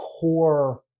core